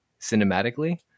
cinematically